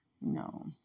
No